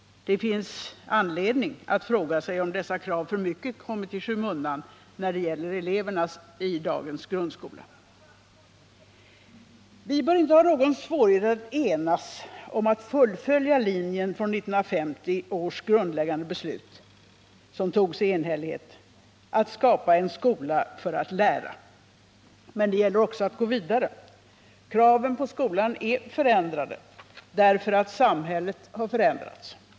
Det finns anledning att fråga sig om dessa krav för mycket kommit i skymundan när det gäller eleverna i dagens grundskola. Vi bör inte ha någon svårighet att enas om att fullfölja linjen från 1950 års grundläggande beslut, som fattades i enhällighet, att skapa en skola för att lära. Men det gäller också att gå vidare. Kraven på skolan är förändrade därför att samhället har förändrats.